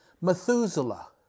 Methuselah